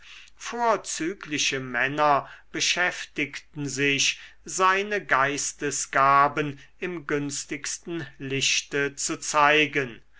vorzügliche männer beschäftigten sich seine geistesgaben im günstigsten lichte zu zeigen